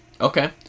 Okay